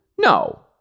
No